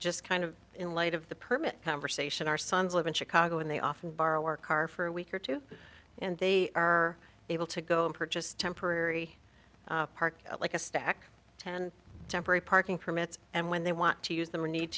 just kind of in light of the permit conversation our sons live in chicago and they often borrow our car for a week or two and they are able to go and purchase temporary park like a stack ten temporary parking permits and when they want to use them we need